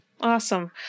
Awesome